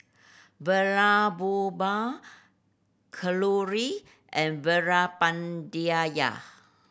Vallabhbhai Kalluri and Veerapandiya